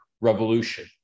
revolution